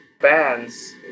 bands